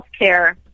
healthcare